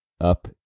up